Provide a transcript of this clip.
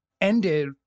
ended